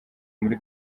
muri